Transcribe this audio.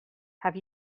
have